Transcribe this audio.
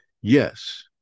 Yes